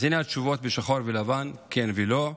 אז הינה התשובות בשחור ולבן, כן ולא,